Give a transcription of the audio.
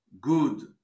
good